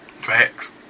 Facts